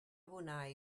abonar